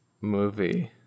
movie